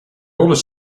oldest